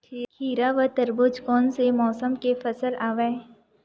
खीरा व तरबुज कोन से मौसम के फसल आवेय?